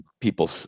people